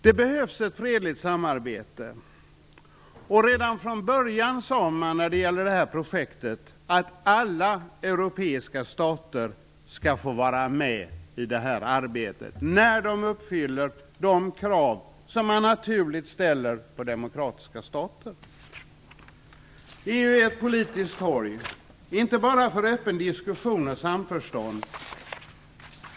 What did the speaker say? Det behövs ett fredligt samarbete, och redan från början sade man när det gällde det här projektet att alla europeiska stater skall få vara med i det här arbetet när de uppfyller de krav som man naturligt ställer på demokratiska stater. EU är ett politiskt torg, inte bara för öppen diskussion och samförstånd.